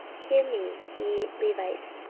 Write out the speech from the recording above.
hear me, ye levites,